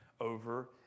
over